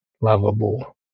lovable